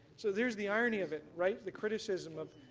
so there's the irony of it, right the criticism of,